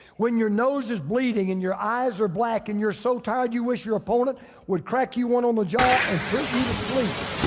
when your nose is bleeding and your eyes are black and you're so tired you wish your opponent would crack you one on the jaw and put you to sleep.